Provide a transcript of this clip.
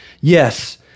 Yes